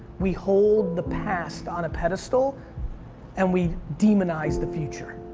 we hold the past on a pedestal and we demonize the future.